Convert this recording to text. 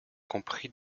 compris